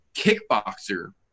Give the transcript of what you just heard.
kickboxer